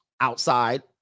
outside